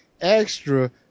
extra